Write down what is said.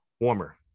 warmer